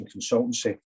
consultancy